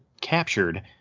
captured